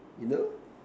you know